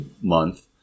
month